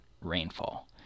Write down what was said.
rainfall